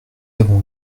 avons